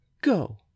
Go